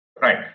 Right